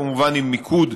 כמובן עם מיקוד